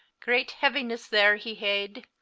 great heavinesse there hee hadd,